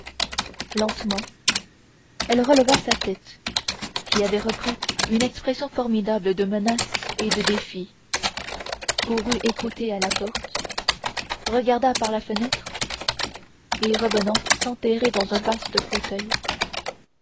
lentement elle releva sa tête qui avait repris une expression formidable de menace et de défi courut écouter à la porte regarda par la fenêtre et revenant s'enterrer dans un vaste fauteuil